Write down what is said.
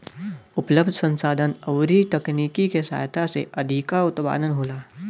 उपलब्ध संसाधन अउरी तकनीकी के सहायता से अधिका उत्पादन होला